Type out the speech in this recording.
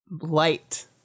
Light